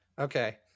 okay